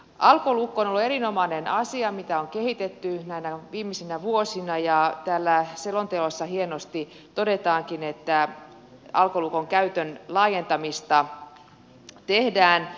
alkolukko on ollut erinomainen asia mitä on kehitetty näinä viimeisinä vuosina ja täällä selonteossa hienosti todetaankin että alkolukon käytön laajentamista tehdään